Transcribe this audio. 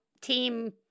team